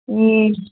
ए